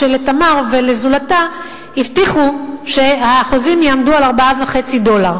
כשל"תמר" ולזולתה הבטיחו שהחוזים יעמדו על 4.5 דולרים,